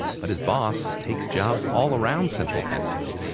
but his boss takes jobs all around central texas.